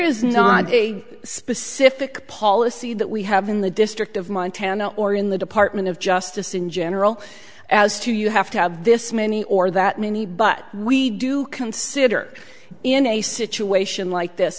is not a specific policy that we have in the district of montana or in the department of justice in general as to you have to have this many or that many but we do consider in a situation like this